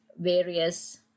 various